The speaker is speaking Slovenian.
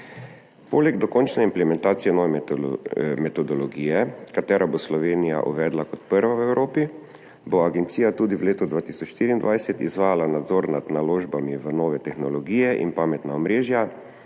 Poleg dokončne implementacije nove metodologije, ki jo bo Slovenija uvedla kot prva v Evropi, bo agencija tudi v letu 2024 izvajala nadzor nad naložbami v nove tehnologije in pametna omrežja,